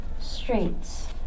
streets